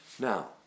Now